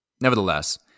nevertheless